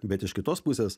bet iš kitos pusės